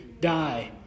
die